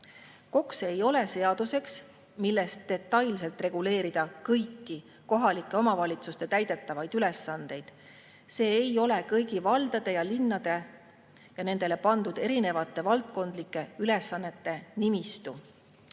KOKS ei ole seadus, milles detailselt reguleerida kõiki kohalike omavalitsuste täidetavaid ülesandeid. See ei ole kõigi valdade ja linnade ja nendele pandud erinevate valdkondlike ülesannete nimistu.